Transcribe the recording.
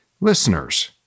listeners